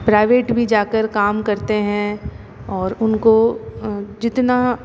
private भी जाकर काम करते हैं और उनको जितना